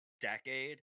decade